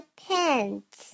pants